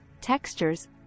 textures